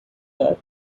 that